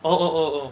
oh oh oh